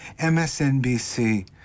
MSNBC